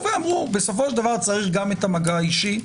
אמרו: בסופו של דבר צריך גם את המגע האישי,